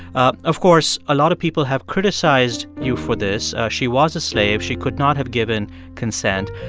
um of course, a lot of people have criticized you for this. she was a slave. she could not have given consent.